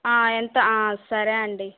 ఎంత సరే అండి